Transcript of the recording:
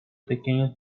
pequeños